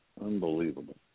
Unbelievable